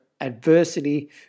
adversity